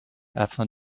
afin